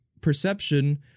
perception